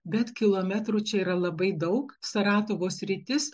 bet kilometrų čia yra labai daug saratovo sritis